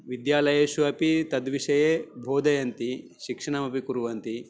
विद्यालयेषु अपि तद्विषये बोधयन्ति शिक्षणमपि कुर्वन्ति